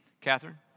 Catherine